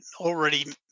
already